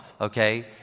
okay